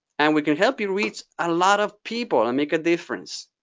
and we can help you reach a lot of people and make a difference.